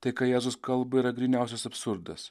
tai ką jėzus kalba yra gryniausias absurdas